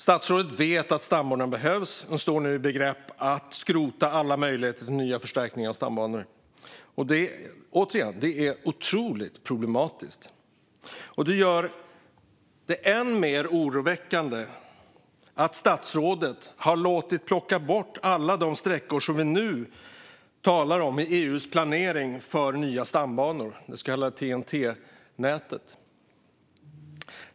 Statsrådet vet att stambanorna behövs men står nu i begrepp att skrota alla möjligheter till nya förstärkningar av stambanor. Återigen: Detta är otroligt problematiskt. Det gör det än mer oroväckande att statsrådet har låtit plocka bort alla de sträckor som vi nu talar om i EU:s planering för nya stambanor, det så kallade TEN-T-nätet.